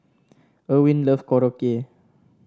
Erwin love Korokke